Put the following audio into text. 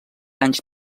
anys